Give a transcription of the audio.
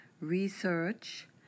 research